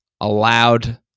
allowed